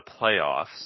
playoffs